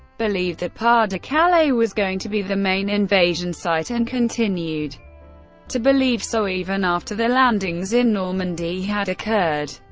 believed that pas-de-calais was going to be the main invasion site, and continued to believe so even after the landings in normandy had occurred.